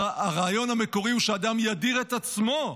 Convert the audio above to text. הרי הרעיון המקורי הוא שאדם ידיר את עצמו,